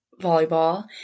volleyball